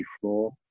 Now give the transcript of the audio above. floor